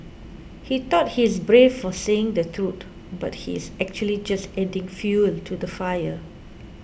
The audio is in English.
he thought he's brave for saying the truth but he's actually just adding fuel to the fire